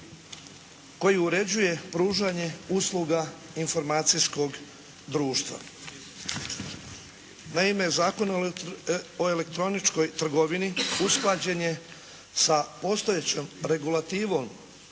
koji uređuje pružanje usluga informacijskog društva. Naime, Zakon o elektroničkoj trgovini usklađen je sa postojećom regulativom